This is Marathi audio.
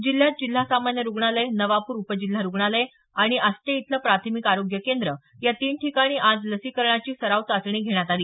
जिल्ह्यात जिल्हा सामांन्य रुग्णालय नवापूर उपजिल्हा रुग्णालय आणि आष्टे इथलं प्राथमिक आरोग्य केंद्र या तीन ठिकाणी आज लसीकरणाची सराव चाचणी घेण्यात आली